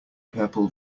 purple